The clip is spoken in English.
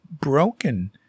broken